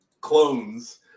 clones